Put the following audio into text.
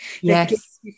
yes